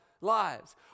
lives